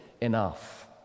enough